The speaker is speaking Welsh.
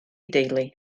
deulu